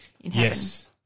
Yes